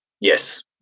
Yes